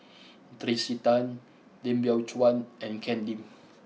Tracey Tan Lim Biow Chuan and Ken Lim